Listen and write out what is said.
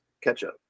Ketchup